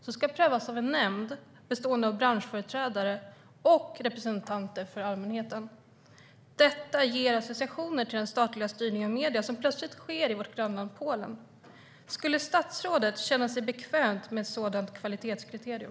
Det ska prövas av en nämnd, bestående av branschföreträdare och representanter för allmänheten. Detta ger associationer till den statliga styrningen av medier som plötsligt sker i vårt grannland Polen. Skulle statsrådet känna sig bekväm med ett sådant kvalitetskriterium?